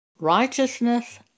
Righteousness